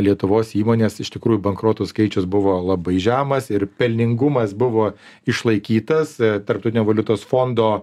lietuvos įmonės iš tikrųjų bankrotų skaičius buvo labai žemas ir pelningumas buvo išlaikytas tarptautinio valiutos fondo